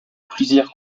plusieurs